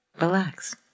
Relax